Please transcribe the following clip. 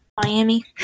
Miami